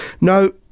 No